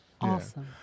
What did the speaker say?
awesome